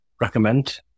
recommend